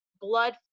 blood